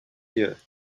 year